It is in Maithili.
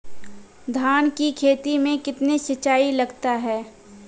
धान की खेती मे कितने सिंचाई लगता है?